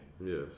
Yes